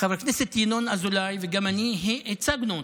חבר הכנסת ינון אזולאי וגם אני הצגנו אותו.